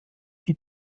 die